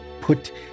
Put